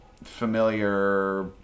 Familiar